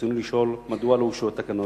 ברצוני לשאול: 1. מדוע לא אושרו התקנות?